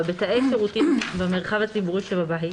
(4) בתאי שירותים במרחב הציבורי שבבית,